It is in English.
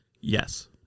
Yes